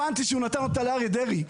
הבנתי שהוא נתן אותה לאריה דרעי.